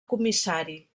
comissari